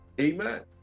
amen